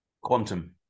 Quantum